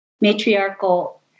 matriarchal